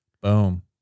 Boom